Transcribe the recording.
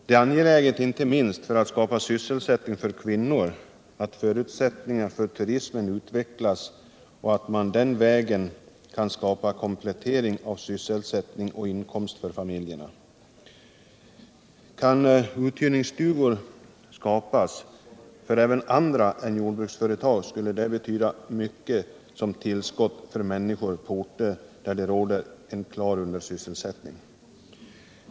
Det är angeläget, inte minst för att skapa sysselsättning för kvinnor, att förutsättningar för turismen utvecklas och att man den vägen kan skapa komplettering av sysselsättning och inkomster för familjerna. Kan stöd till uthyrningsstugor skapas för även andra än jordbruksföretag skulle det betyda mycket som tillskott för människor på orter där det råder en klar undersysselsättning.